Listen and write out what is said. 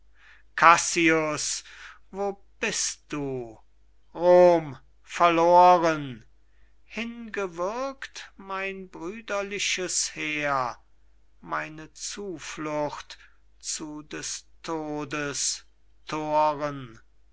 kassius wo bist du rom verloren hingewürgt mein brüderliches heer meine zuflucht zu des todes thoren